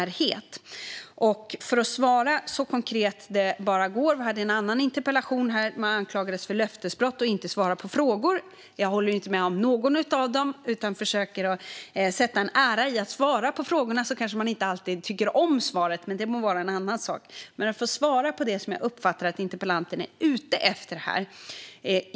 Låt mig svara så konkret det bara går. Jag deltog i en annan interpellationsdebatt alldeles nyss då jag anklagades för löftesbrott och för att jag inte svarade på frågor. Jag håller inte med om något av det, utan jag försöker sätta en ära i att svara på frågor. Sedan kanske man inte alltid tycker om svaret, men det är en annan sak. Låt mig alltså svara på det som jag uppfattade att interpellanten är ute efter.